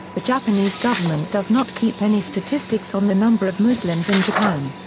the japanese government does not keep any statistics on the number of muslims in japan.